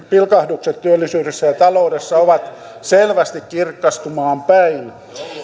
takana ja valonpilkahdukset työllisyydessä ja taloudessa ovat selvästi kirkastumaan päin